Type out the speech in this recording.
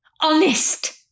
honest